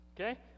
okay